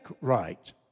right